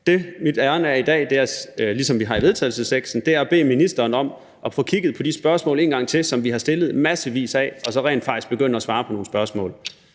Det, mit ærinde er i dag, er, ligesom vi har skrevet i vedtagelsesteksten, at bede ministeren om at få kigget på de spørgsmål, som vi har stillet massevis af, en gang til og så rent faktisk begynde at svare på nogle af de spørgsmål.